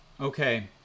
Okay